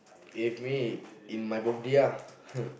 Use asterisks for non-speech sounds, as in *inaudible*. if me in my birthday ah *laughs*